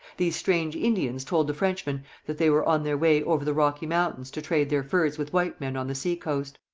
these strange indians told the frenchmen that they were on their way over the rocky mountains to trade their furs with white men on the sea-coast.